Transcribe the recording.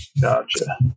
Gotcha